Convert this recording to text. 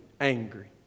angry